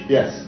Yes